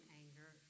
anger